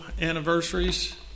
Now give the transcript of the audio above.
anniversaries